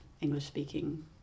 English-speaking